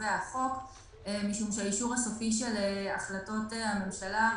שקובע החוק משום שהאישור הסופי של החלטות הממשלה,